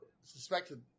suspected